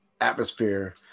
atmosphere